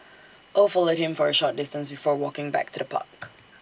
oh followed him for A short distance before walking back to the park